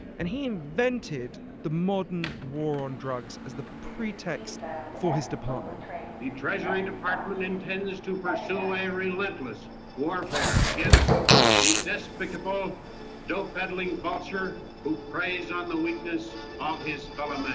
and he invented the modern war on drugs as the pretext for his department the treasury department intends to pursue a relentless warfare against the despicable dope-pedaling vulture who preys on the weakness of his fellow man